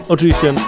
Oczywiście